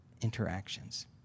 interactions